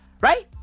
right